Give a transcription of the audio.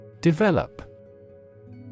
Develop